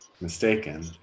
mistaken